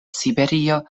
siberio